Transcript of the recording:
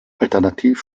alternativ